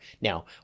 Now